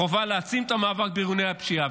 וחובה להעצים את המאבק בארגוני הפשיעה.